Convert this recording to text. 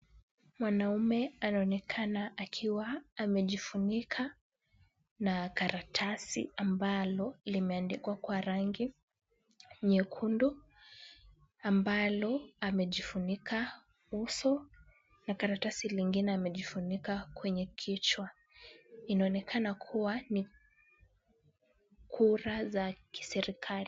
Mwanaume anaonekana akiwa amejifunika na karatasi ambalo limeandikwa kwa rangi nyekundu ambalo amejifunika uso na karatasi lingine amejifunika kwenye kichwa. Inaonekana kuwa ni kura za kiserikali.